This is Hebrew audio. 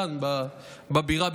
כאן בבירה,